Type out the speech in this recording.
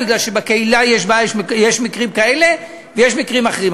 בגלל שבקהילה יש מקרים כאלה ויש מקרים אחרים.